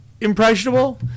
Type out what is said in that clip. impressionable